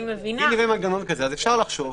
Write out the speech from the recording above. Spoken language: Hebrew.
אם נבנה מנגנון כזה, אז אפשר לחשוב.